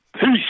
Peace